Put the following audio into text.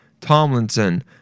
Tomlinson